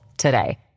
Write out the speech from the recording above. today